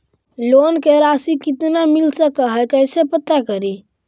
Loan के रासि कितना मिल सक है कैसे पता करी?